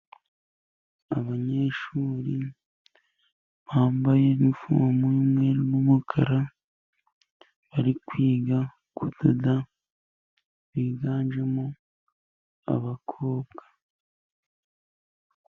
Abanyeshuri bambaye inifomu y'umweru n'umukara, bari kwiga kudoda, biganjemo abakobwa.